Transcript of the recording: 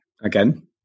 again